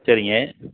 சரிங்க